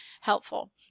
helpful